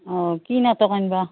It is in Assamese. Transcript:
অঁ কি নাটক আনিবা